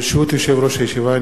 ברשות יושב-ראש הישיבה,